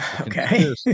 Okay